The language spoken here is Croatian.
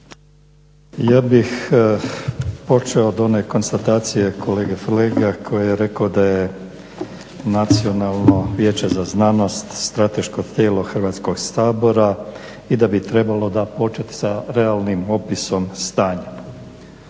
Ja bih počeo od one konstatacije kolege Flega koji je rekao da je Nacionalno vijeće za znanost strateško tijelo Hrvatskog sabora i da bi trebalo početi sa realnim opisom stanja.